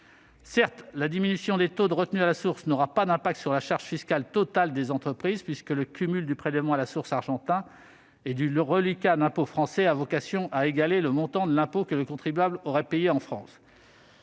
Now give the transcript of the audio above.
Certes, la diminution des taux de retenue à la source n'aura pas d'impact sur la charge fiscale totale des entreprises, puisque le cumul du prélèvement à la source argentin et du reliquat d'impôt français a vocation à égaler le montant de l'impôt que le contribuable aurait payé en France.